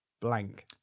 blank